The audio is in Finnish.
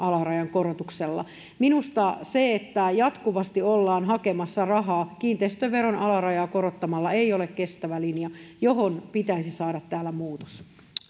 korotuksella minusta se että jatkuvasti ollaan hakemassa rahaa kiinteistöveron alarajaa korottamalla ei ole kestävä linja siihen pitäisi saada täällä muutos